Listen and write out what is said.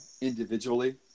individually